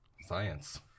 Science